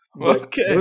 Okay